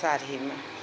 साड़ीमे